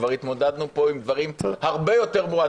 כבר התמודדנו פה עם דברים הרבה יותר מורכבים.